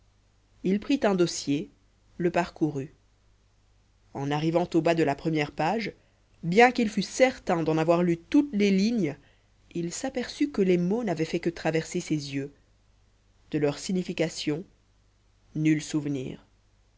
il prit un dossier le parcourut en arrivant au bas de la première page bien qu'il fût certain d'en avoir lu toutes les lignes il s'aperçut que les mots n'avaient fait que traverser ses yeux de leur signification nul souvenir